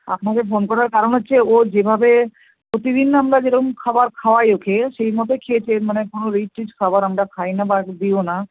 আপনাকে ফোন করার কারণ হচ্ছে ও যেভাবে প্রতিদিন আমরা যেরকম খাবার খাওয়াই ওকে সেই মতোই খেয়েছে মানে কোনো রিচ টিচ খাবার আমরা খাই না বা দিও না